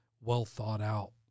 well-thought-out